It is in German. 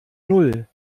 null